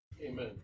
Amen